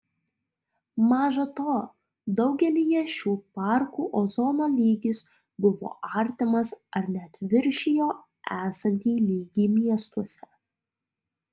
maža to daugelyje šių parkų ozono lygis buvo artimas ar net viršijo esantį lygį miestuose